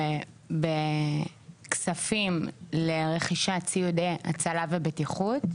בכספים לרכישת ציוד הצלה ובטיחות,